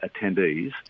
attendees